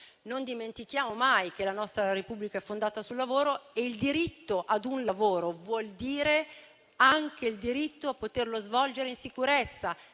Non dimentichiamo mai che la nostra Repubblica è fondata sul lavoro e che il diritto a un lavoro vuol dire anche il diritto a poterlo svolgere in sicurezza,